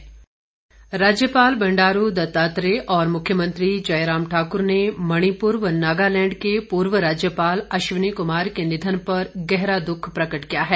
शोक राज्यपाल बंडारू दत्तात्रेय और मुख्यमंत्री जयराम ठाक्र ने मणिपुर व नागालैंड के पूर्व राज्यपाल अश्वनी कुमार के निधन पर गहरा दुख प्रकट किया है